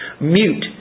mute